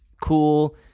cool